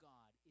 God